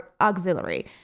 auxiliary